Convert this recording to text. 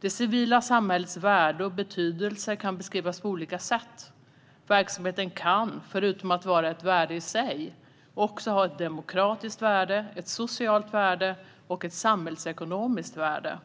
Det civila samhällets värde och betydelse kan beskrivas på olika sätt. Verksamheten kan förutom att vara ett värde i sig också ha ett demokratiskt värde, ett socialt värde och ett samhällsekonomiskt värde.